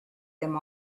them